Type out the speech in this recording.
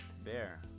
bear